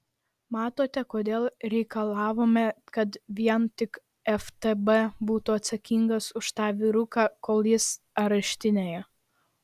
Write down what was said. matote kodėl reikalavome kad vien tik ftb būtų atsakingas už tą vyruką kol jis areštinėje